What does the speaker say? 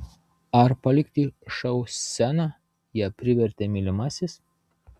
ar palikti šou sceną ją privertė mylimasis